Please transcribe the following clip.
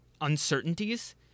uncertainties